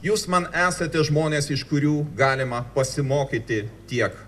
jūs man esate žmonės iš kurių galima pasimokyti tiek